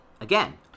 again